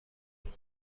کنیم